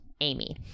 amy